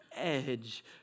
edge